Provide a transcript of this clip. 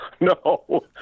no